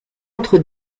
entre